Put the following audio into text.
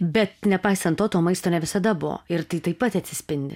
bet nepaisant to to maisto ne visada buvo ir tai taip pat atsispindi